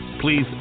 please